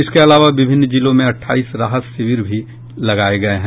इसके अलावा विभिन्न जिलों में अट्ठाईस राहत शिविर भी लगाए गए हैं